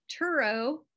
Turo